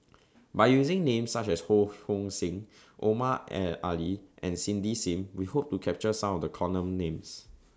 By using Names such as Ho Hong Sing Omar Ali and Cindy SIM We Hope to capture Some of The Common Names